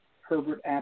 Herbert